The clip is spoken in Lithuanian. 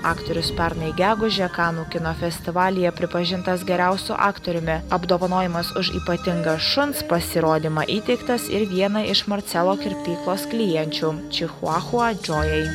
aktorius pernai gegužę kanų kino festivalyje pripažintas geriausiu aktoriumi apdovanojimas už ypatingą šuns pasirodymą įteiktas ir vienai iš marcelo kirpyklos klienčių čihuahua džojai